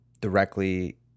directly